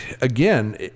again